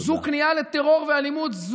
זו כניעה לטרור ואלימות.